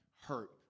hurt